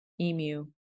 Emu